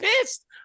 pissed